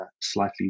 slightly